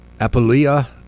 Apulia